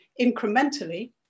incrementally